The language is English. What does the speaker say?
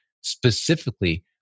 specifically